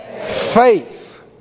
Faith